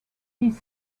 his